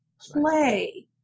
Play